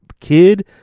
kid